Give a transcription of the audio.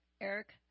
Eric